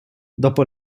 dopo